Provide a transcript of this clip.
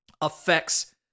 affects